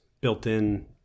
built-in